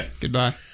Goodbye